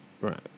Right